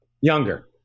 Younger